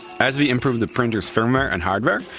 as we improved the printer's firmware and hardware,